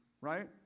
right